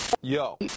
Yo